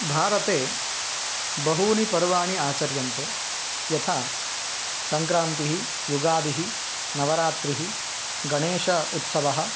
भारते बहूनि पर्वाणि आचर्यन्ते यथा सङ्क्रान्तिः युगादिः नवरात्रिः गणेशोत्सवः